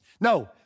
No